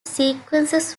sequences